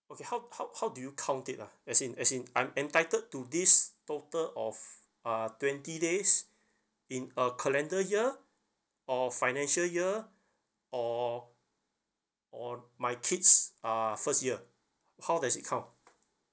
okay how how how do you count it ah as in as in I'm entitled to this total of uh twenty days in a calendar year or financial year or or my kids uh first year how does it count